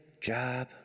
job